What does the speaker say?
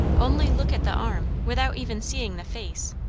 only look at the arm, without even seeing the face,